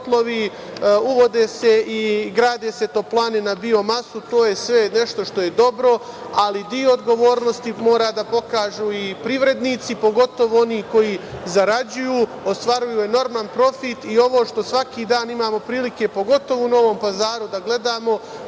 uvode se i grade se toplane na bio-masu, to je sve nešto što je dobro, ali deo odgovornosti mora da pokažu i privrednici, pogotovo oni koji zarađuju, ostvaruju enorman profit i ovo što svaki dan imamo prilike, pogotovo u Novom Pazaru da gledamo,